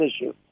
issue